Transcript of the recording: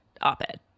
op-ed